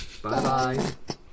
Bye-bye